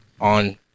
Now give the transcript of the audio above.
on